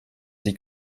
sie